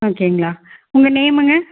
ம் சரிங்களா உங்கள் நேமுங்க